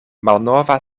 malnova